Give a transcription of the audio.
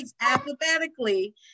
alphabetically